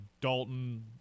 Dalton